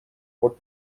what